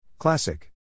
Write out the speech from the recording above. Classic